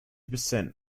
percent